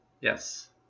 Yes